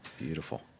Beautiful